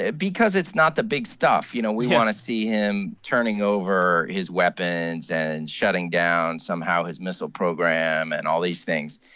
ah because it's not the big stuff. you know, we want to see him turning over his weapons and shutting down, somehow, his missile program and all these things.